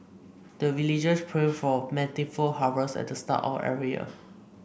the villagers pray for plentiful harvest at the start of every year